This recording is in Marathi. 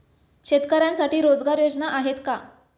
शेतकऱ्यांसाठी रोजगार योजना आहेत का?